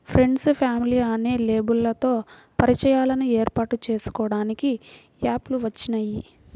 friends, family అనే లేబుల్లతో పరిచయాలను ఏర్పాటు చేసుకోడానికి యాప్ లు వచ్చినియ్యి